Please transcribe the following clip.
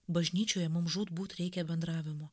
bažnyčioje mums žūtbūt reikia bendravimo